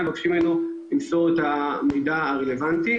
ומבקשים ממנו למסור את המידע הרלוונטי.